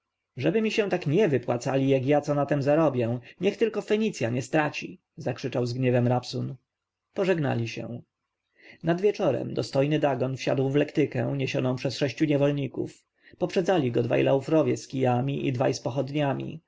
żeby mi się nie wypłacali jeżeli ja co na tem zarobię niech tylko fenicja nie straci zakrzyczał z gniewem rabsun pożegnali się nad wieczorem dostojny dagon wsiadł w lektykę niesioną przez sześciu niewolników poprzedzali go dwaj laufrowie z kijami i dwaj